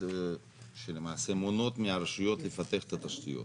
שלמעשה מונעות מהרשויות לפתח את התשתיות.